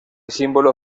símbolo